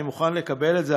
אני מוכן לקבל את זה,